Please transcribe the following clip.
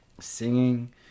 singing